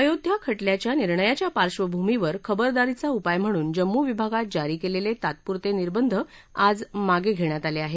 अयोध्या खटल्याच्या निर्णयाच्या पार्श्वभूमीवर खबरदारीचा उपाय म्हणून जम्मू विभागात जारी केलेले तात्पुरते निर्बंध आज मागे घेण्यात आले आहेत